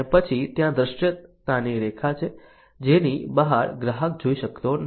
અને પછી ત્યાં દૃશ્યતાની રેખા છે જેની બહાર ગ્રાહક જોઈ શકતો નથી